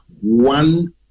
one